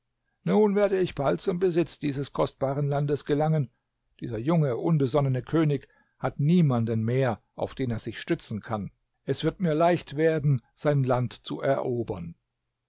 nun werde ich bald zum besitz dieses kostbaren landes gelangen dieser junge unbesonnene könig hat niemanden mehr auf den er sich stützen kann es wird mir leicht werden sein land zu erobern